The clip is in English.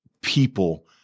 people